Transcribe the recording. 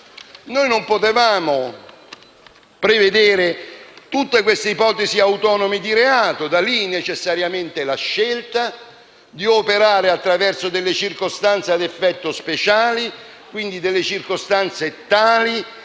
non potevamo prevedere tutte queste ipotesi autonome di reato, e da lì necessariamente è scaturita la scelta di operare attraverso circostanze ad effetto speciale, e quindi circostanze tali